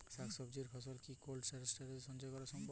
শাক জাতীয় ফসল কি কোল্ড স্টোরেজে সঞ্চয় করা সম্ভব?